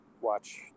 watch